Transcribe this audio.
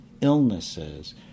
illnesses